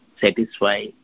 satisfy